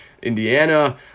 indiana